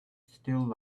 still